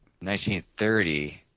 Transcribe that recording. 1930